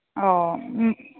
औ ओम